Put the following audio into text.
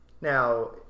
Now